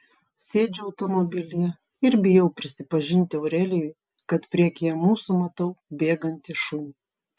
sėdžiu automobilyje ir bijau prisipažinti aurelijui kad priekyje mūsų matau bėgantį šunį